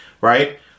right